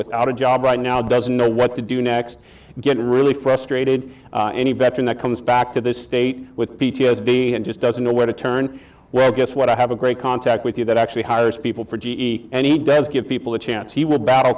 without a job right now doesn't know what to do next get really frustrated any veteran that comes back to this state with p t s d and just doesn't know where to turn well guess what i have a great contact with you that actually hires people for g e and he dead give people a chance he will battle